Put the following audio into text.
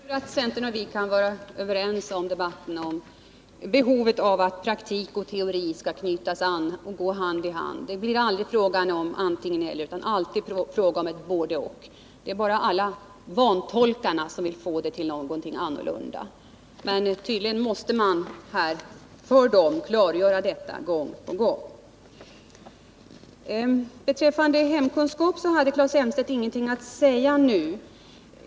Herr talman! Jag tror att centern och vi i den här debatten kan vara överens om behovet av att praktik och teori knyts ihop och går hand i hand. Det blir aldrig fråga om antingen-eller utan alltid både-och. Det är bara alla vantolkare som vill få det till något annat. Tydligen måste man för dem klargöra hur det förhåller sig gång på gång. Beträffande hemkunskap hade Claes Elmstedt ingenting att säga nu.